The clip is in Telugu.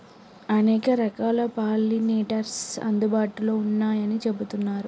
అనేక రకాలైన పాలినేటర్స్ అందుబాటులో ఉన్నయ్యని చెబుతున్నరు